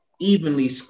evenly